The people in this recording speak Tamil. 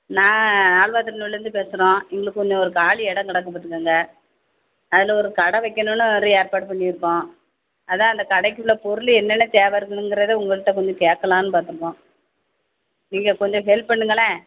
நான் ஆழ்வாத்திருனூர்லேருந்து பேசுகிறோம் எங்களுக்கு கொஞ்சம் ஒரு காலி இடம் கிடக்கு பார்த்துக்கங்க அதில் ஒரு கடை வைக்கணுன்னு ஒரு ஏற்பாடு பண்ணிருக்கோம் அதான் அந்த கடைக்கு உள்ள பொருள் என்னென்ன தேவை இருக்குணுங்கிறதை உங்கள்கிட்ட கொஞ்சம் கேட்கலான்னு பார்த்துருக்கோம் நீங்கள் கொஞ்சம் ஹெல்ப் பண்ணுங்களேன்